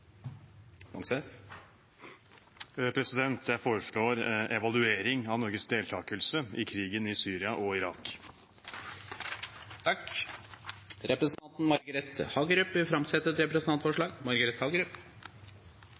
Jeg foreslår en evaluering av Norges deltakelse i krigen i Syria og Irak. Representanten Margret Hagerup vil framsette et representantforslag.